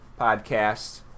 Podcasts